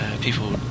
people